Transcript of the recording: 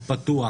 פתוח,